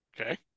Okay